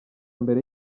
mbere